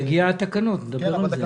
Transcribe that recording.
יגיעו התקנות ונדבר על זה.